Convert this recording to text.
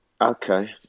okay